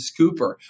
Scooper